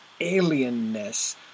alienness